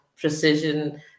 precision